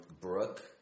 Brooke